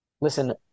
Listen